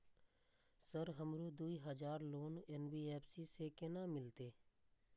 Sir हमरो दूय हजार लोन एन.बी.एफ.सी से केना मिलते?